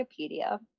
Wikipedia